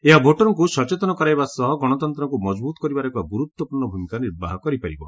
ଏହା ଭୋଟରଙ୍କୁ ସଚେତନ କରାଇବା ସହ ଗଣତନ୍ତ୍ରକୁ ମଜବୁତ କରିବାରେ ଏକ ଗୁରୁତ୍ୱପୂର୍ଣ୍ଣ ଭୂମିକା ନିର୍ବାହ କରିପାରିବ